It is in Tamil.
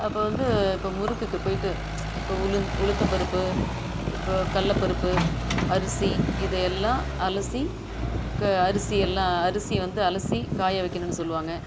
அப்போ வந்து இப்போ முறுக்குக்கு போய்ட்டு இப்போ உளுத்தம்பருப்பு இப்போ கடல பருப்பு அரிசி இதையெல்லாம் அலசி அரிசி எல்லாம் அரிசி வந்து அலசி காய வைக்கணுன்னு சொல்வாங்க